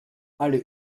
alle